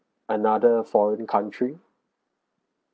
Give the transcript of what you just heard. another foreign country